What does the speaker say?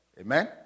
Amen